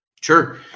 Sure